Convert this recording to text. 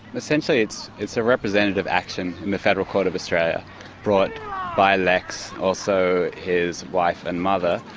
essentially it's it's a representative action in the federal court of australia brought by lex, also his wife and mother,